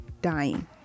dying